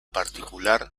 particular